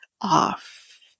Off